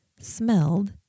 smelled